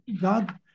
God